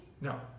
No